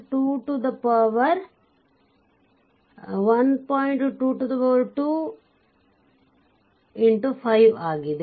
2 25 ಆಗಿ ಪಡೆಯಬಹುದು